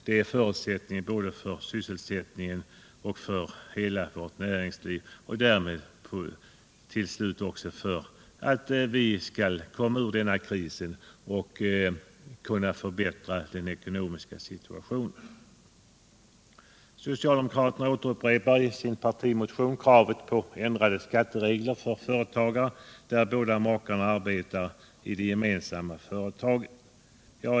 Då kan vi komma ur krisen och förbättra den ekonomiska situationen. Socialdemokraterna upprepar i sin partimotion kravet på ändrade skatteregler för företagare där båda makarna arbetar i det gemensamma företaget.